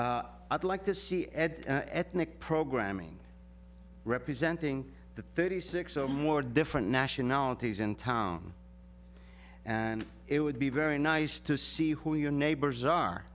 skype i'd like to see ed ethnic programming representing the thirty six or more different nationalities in town and it would be very nice to see who your neighbors are